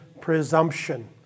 presumption